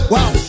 Wow